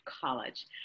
College